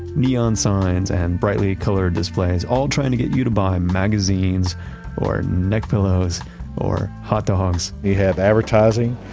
neon signs and brightly colored displays all trying to get you to buy magazines or neck pillows or hot dogs. you have advertising.